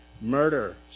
murder